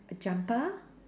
a jumper